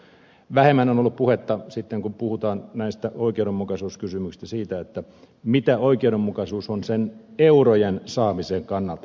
vähemmän on ollut puhetta sitten kun puhutaan näistä oikeudenmukaisuuskysymyksistä siitä mitä oikeudenmukaisuus on sen eurojen saamisen kannalta